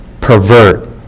pervert